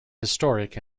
historic